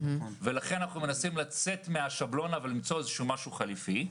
לכן אנחנו מנסים לצאת מן השבלונה ולמצוא משהו חליפי.